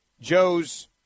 Joe's